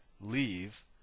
leave